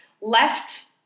left